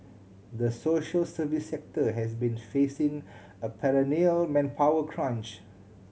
the social service sector has been facing a perennial manpower crunch